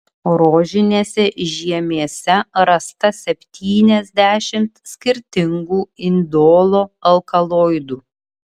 rožinėse žiemėse rasta septyniasdešimt skirtingų indolo alkaloidų